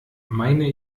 meine